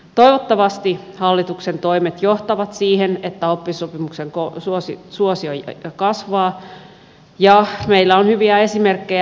toivottavasti hallituksen toimet johtavat siihen että oppisopimuksen suosio kasvaa ja meillä on hyviä esimerkkejä